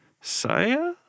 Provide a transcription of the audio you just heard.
Saya